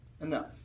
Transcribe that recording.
enough